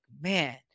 man